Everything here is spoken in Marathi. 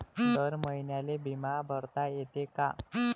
दर महिन्याले बिमा भरता येते का?